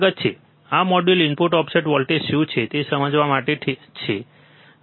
સ્વાગત છે આ મોડ્યુલ ઇનપુટ ઓફસેટ વોલ્ટેજ શું છે તે સમજવા માટે છે ઠીક છે